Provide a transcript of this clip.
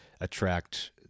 attract